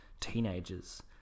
teenagers